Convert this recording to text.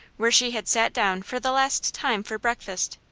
where she had sat down for the last time for breakfast.